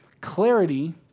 clarity